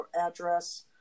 address